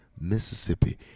Mississippi